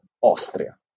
Austria